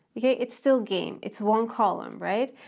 yeah it's still game it's one column, right?